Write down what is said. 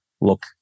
look